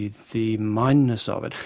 the the mindness of it.